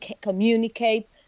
communicate